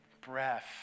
breath